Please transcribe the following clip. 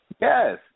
Yes